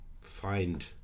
find